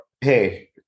hey